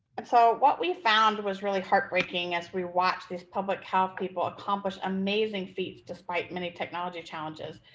and so what we found was really heartbreaking as we watch this public health people accomplish amazing feat. despite many technology challenges,